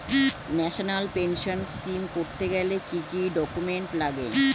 National pension scheme করতে গেলে কি কি ডকুমেন্ট লাগে?